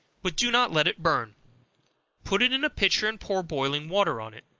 but do not let it burn put it in a pitcher, and pour boiling water on it.